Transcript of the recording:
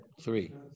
Three